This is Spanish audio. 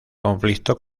conflicto